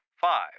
five